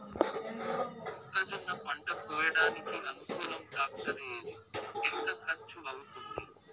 మొక్కజొన్న పంట కోయడానికి అనుకూలం టాక్టర్ ఏది? ఎంత ఖర్చు అవుతుంది?